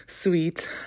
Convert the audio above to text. sweet